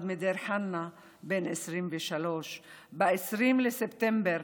מוחמד חטיב מדיר חנא, בן 23. ב-20 בספטמבר